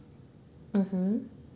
mmhmm